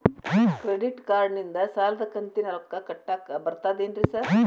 Credit ಕಾರ್ಡನಿಂದ ಸಾಲದ ಕಂತಿನ ರೊಕ್ಕಾ ಕಟ್ಟಾಕ್ ಬರ್ತಾದೇನ್ರಿ ಸಾರ್?